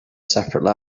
separate